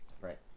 Right